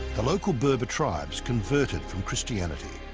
the local berber tribes converted from christianity.